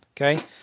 Okay